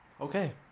Okay